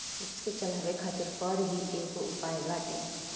देस के चलावे खातिर कर ही एगो उपाय बाटे